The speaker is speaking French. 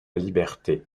liberté